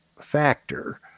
factor